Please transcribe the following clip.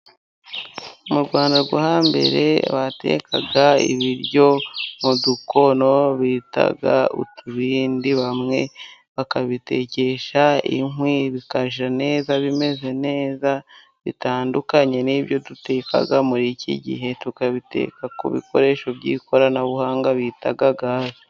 Mu Rwanda rwo hambere batekaga ibiryo mu dukono bita utubindi. Bimwe bakabitekesha inkwi bigashya bimeze neza, bitandukanye n'ibyo duteka muri iki gihe, tukabiteka ku bikoresho by'ikoranabuhanga bita gaze.